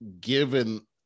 given